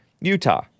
Utah